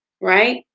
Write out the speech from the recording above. right